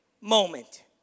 moment